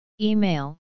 Email